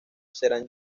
serán